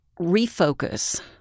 refocus